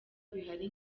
bihari